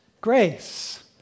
grace